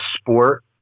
sport